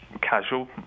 casual